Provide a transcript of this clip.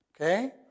Okay